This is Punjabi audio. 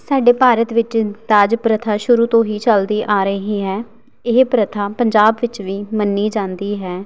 ਸਾਡੇ ਭਾਰਤ ਵਿੱਚ ਦਾਜ ਪ੍ਰਥਾ ਸ਼ੁਰੂ ਤੋਂ ਹੀ ਚੱਲਦੀ ਆ ਰਹੀ ਹੈ ਇਹ ਪ੍ਰਥਾ ਪੰਜਾਬ ਵਿੱਚ ਵੀ ਮੰਨੀ ਜਾਂਦੀ ਹੈ